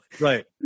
Right